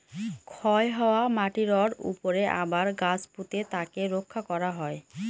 ক্ষয় হওয়া মাটিরর উপরে আবার গাছ পুঁতে তাকে রক্ষা করা হয়